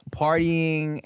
partying